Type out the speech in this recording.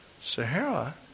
Sahara